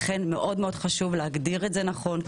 לכן חשוב מאוד להגדיר את זה נכון,